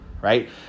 right